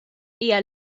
hija